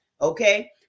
Okay